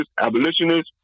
abolitionists